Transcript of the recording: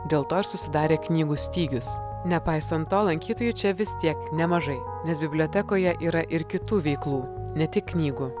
dėl to ir susidarė knygų stygius nepaisant to lankytojų čia vis tiek nemažai nes bibliotekoje yra ir kitų veiklų ne tik knygų